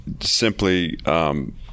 Simply